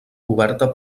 oberta